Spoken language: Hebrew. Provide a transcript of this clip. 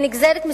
היא נגזרת,